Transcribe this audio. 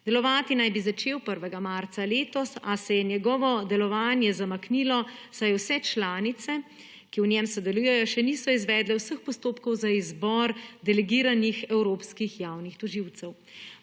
Delovati naj bi začel 1. marca letos, a se je njegovo delovanje zamaknilo, saj vse članice, ki v njem sodelujejo, še niso izvedle vseh postopkov za izbor delegiranih evropskih javnih tožilcev.